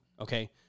okay